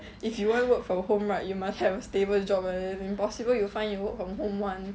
if you want work from home right you must have a stable job eh impossible you find it work from home [one]